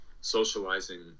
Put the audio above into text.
socializing